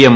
M